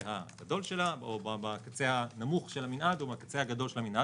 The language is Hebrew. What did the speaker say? הגדול של המנעד או בקצה הנמוך של המנעד,